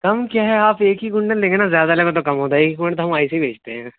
کم کیا ہے آپ ایک ہی کونٹل لیں گے نا زیادہ لو گے تو کم ہو جائے گی ایک کونٹل تو ہم ایسے ہی بیچتے ہیں